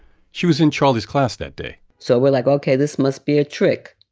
she was in charlie's class that day so we're like, ok, this must be a trick.